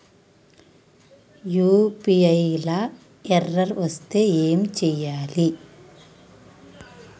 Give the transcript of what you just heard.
UPI లా error వస్తే ఏం చేయాలి?